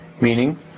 meaning